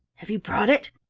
have you brought it?